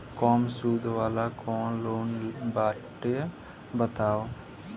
कम सूद वाला कौन लोन बाटे बताव?